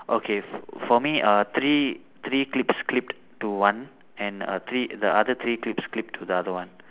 okay f~ for me uh three three clips clipped to one and err three the other three clips clipped to the other one